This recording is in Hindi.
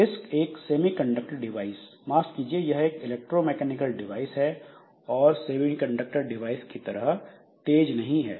डिस्क एक सेमीकंडक्टर डिवाइस माफ कीजिए यह एक इलेक्ट्रोमैकेनिकल डिवाइस है और सेमीकंडक्टर डिवाइस की तरह तेज नहीं है